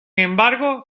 embargo